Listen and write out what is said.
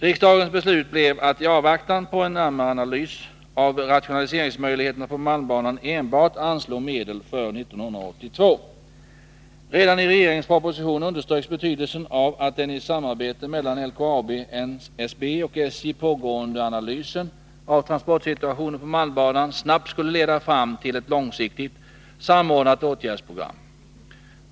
Riksdagens beslut blev att i avaktan på en närmare analys av rationaliseringsmöjligheterna på malmbanan anslå medel enbart för år 1982. Redan i regeringens proposition underströks betydelsen av att den i samarbete mellan LKAB, NSB och SJ pågående analysen av transportsituationen på malmbanan snabbt skulle leda fram till ett långsiktigt, samordnat åtgärdsprogram.